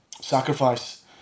sacrifice